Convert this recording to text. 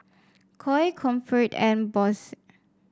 Koi Comfort and Bose